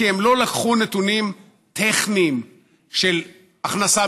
כי הם לא נתנו נתונים טכניים של הכנסה